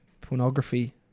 pornography